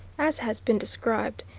as has been described,